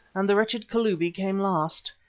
and the wretched kalubi came last.